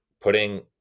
putting